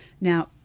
Now